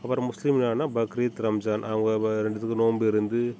அப்புறோம் முஸ்லீம் என்னான்னா பக்ரீத் ரம்ஜான் அவங்க வ ரெண்டுத்துக்கும் நோம்பு இருந்து